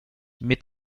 mit